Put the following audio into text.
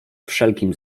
wszelkim